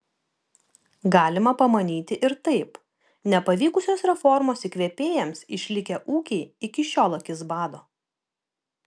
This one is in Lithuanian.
galima pamanyti ir taip nepavykusios reformos įkvėpėjams išlikę ūkiai iki šiol akis bado